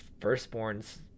firstborn's